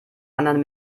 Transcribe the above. anderen